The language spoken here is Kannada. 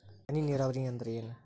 ಹನಿ ನೇರಾವರಿ ಅಂದ್ರ ಏನ್?